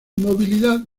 movilidad